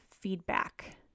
feedback